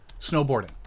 snowboarding